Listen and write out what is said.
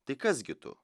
tai kas gi tu